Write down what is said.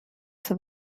zur